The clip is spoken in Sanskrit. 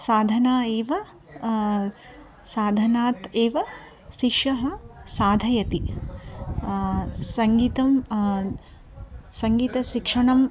साधना एव साधनात् एव शिष्यः साधयति सङ्गीतं सङ्गीतशिक्षणं